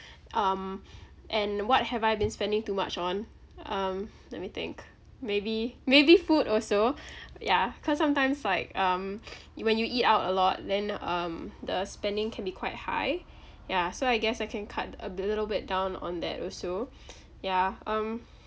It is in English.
um and what have I been spending too much on um let me think maybe maybe food also yeah cause sometimes like um you when you eat out a lot then um the spending can be quite high yeah so I guess I can cut a bil~ a little bit down on that also yeah um